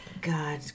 God